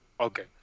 Okay